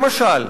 למשל,